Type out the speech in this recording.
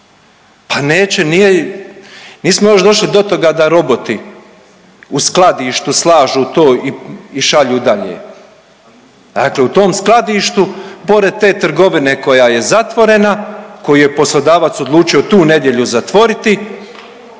nije, nismo još došli do toga da roboti u skladištu slažu to i šalju dakle, dakle u tom skladištu pored te trgovine koja je zatvorena, koju je poslodavac odlučio tu nedjelju zatvoriti